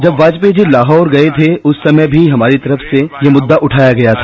जब वाजपेयी जी लाहौर गए थे उस समय भी हमारी तरफ से ये मुद्दा उठाया गया था